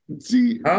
See